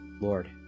Lord